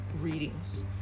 readings